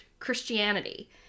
christianity